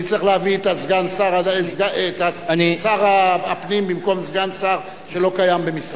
אצטרך להביא את שר הפנים במקום סגן שר שלא קיים במשרד.